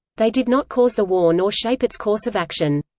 they did not cause the war nor shape its course of action.